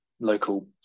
local